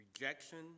rejection